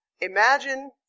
Imagine